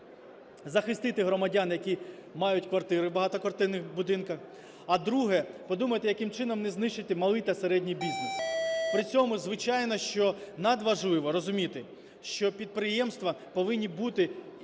захистити громадян, які мають квартири в багатоквартирних будинках, а друге – подумати, яким чином не знищити малий та середній бізнес. При цьому, звичайно, що надважливо розуміти, що підприємства повинні бути